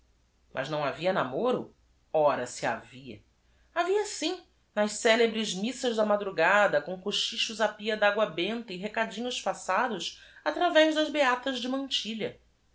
as não havia namoro ra se havia avia s i m nas celebres missas da madrugada com cochichos á p i a d agua benta e recadinhos passados atravez das beatas de mantilha